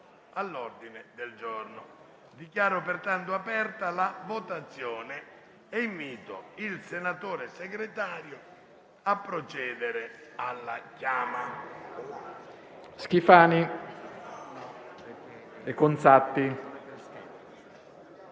all'ordine del giorno. Dichiaro pertanto aperta la votazione e invito il senatore Segretario a procedere all'appello.